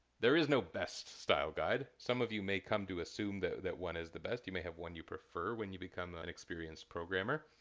there is no best style guide. some of you may come to assume that that one is the best. you may have one you prefer when you become an experienced programmer.